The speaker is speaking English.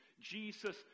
Jesus